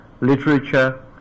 literature